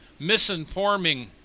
misinforming